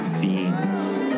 Fiends